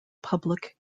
public